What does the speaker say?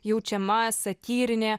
jaučiama satyrinė